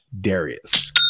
Darius